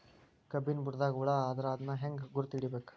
ಕಬ್ಬಿನ್ ಬುಡದಾಗ ಹುಳ ಆದರ ಅದನ್ ಹೆಂಗ್ ಗುರುತ ಹಿಡಿಬೇಕ?